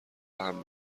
بهم